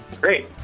Great